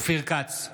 אופיר כץ,